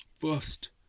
first